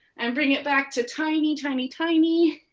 and bring it back to tiny, tiny, tiny.